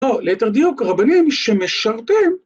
‫לא, ליתר דיוק, רבנים שמשרתים.